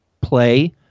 play